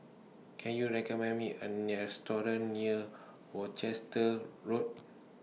Can YOU recommend Me A Restaurant near Worcester Road